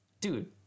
Dude